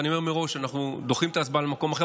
ואני אומר מראש: אנחנו דוחים את ההצבעה למועד אחר,